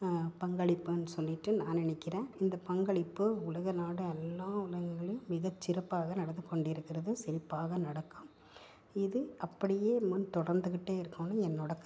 பங்களிப்புன்னு சொல்லிட்டு நான் நினைக்கிறேன் இந்த பங்களிப்பு உலக நாடு எல்லாம் உலகெங்களிலும் மிகச்சிறப்பாக நடந்துக்கொண்டிருக்கிறது செழிப்பாக நடக்கும் இது அப்படியே இன்னும் தொடர்ந்துக்கிட்டே இருக்கணும்னு என்னோட கருத்து